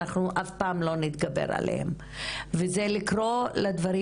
אנחנו אף פעם לא נתגבר עליהם וזה לקרוא לדברים